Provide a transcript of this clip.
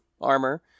armor